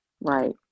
right